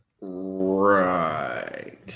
Right